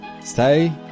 Stay